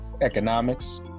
Economics